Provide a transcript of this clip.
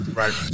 right